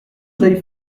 j’aille